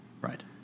Right